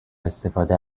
استفاده